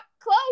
close